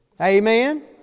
Amen